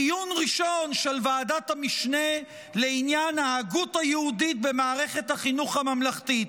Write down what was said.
דיון ראשון של ועדת המשנה לעניין ההגות היהודית במערכת החינוך הממלכתית.